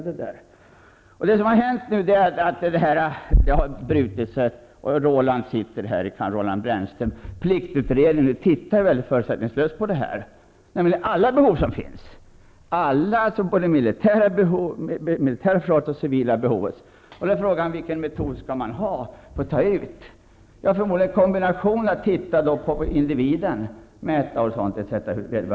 Det som har hänt nu senast är att blockeringen har brutits. Jag ser för resten att Roland Brännström finns här i dag. Pliktutredningen under honom tittar mycket förutsättningslöst på dessa frågor. Det handlar om alla behov, såväl militära som civila. Frågan är vilken metod man skall tillämpa vid uttagningen. Förmodligen blir det om en kombination. Man kan titta på individen. Det gäller att mäta och bedöma vederbörandes förmåga osv.